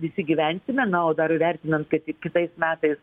visi gyvensime na o dar įvertinant kad kitais metais